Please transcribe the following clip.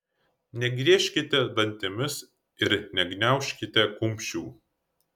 negriežkite dantimis ir negniaužykite kumščių